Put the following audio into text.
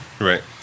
Right